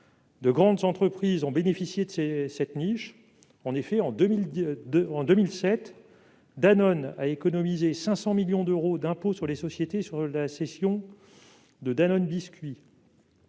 De grandes entreprises ont bénéficié de cette niche. Ainsi, en 2007, Danone a économisé 500 millions d'euros d'impôt sur les sociétés sur la cession de Danone Biscuits.